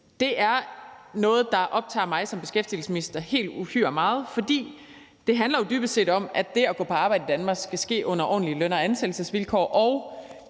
Det er noget, der optager mig som beskæftigelsesminister helt uhyre meget, fordi det jo dybest set handler om, at det at gå på arbejde i Danmark skal ske under ordentlige løn- og ansættelsesvilkår,